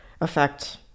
affect